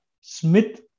Smith